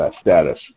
status